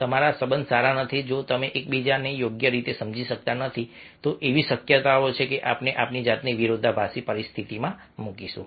જો તમારા સંબંધ સારા નથી જો તમે એકબીજાને યોગ્ય રીતે સમજી શકતા નથી તો એવી શક્યતા છે કે આપણે આપણી જાતને વિરોધાભાસી પરિસ્થિતિમાં મૂકીશું